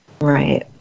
Right